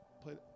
play